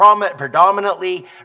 predominantly